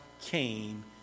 came